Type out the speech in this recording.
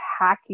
hacky